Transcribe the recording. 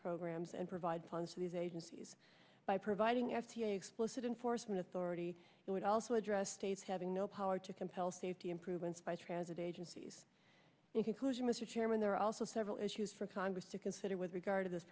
programs and provide funds to these agencies by providing an explicit enforcement authority it would also address states having no power to compel safety improvements by transit agencies in conclusion mr chairman there are also several issues for congress to consider with regard to this